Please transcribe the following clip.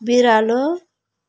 बिरालो